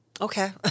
Okay